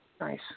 Nice